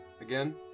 again